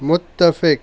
متفق